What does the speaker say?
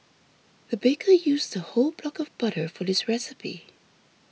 the baker used a whole block of butter for this recipe